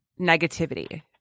negativity